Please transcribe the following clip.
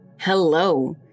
hello